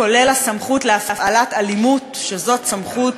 כולל הסמכות להפעלת אלימות, שזאת סמכות